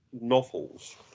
novels